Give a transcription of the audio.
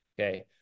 Okay